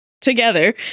together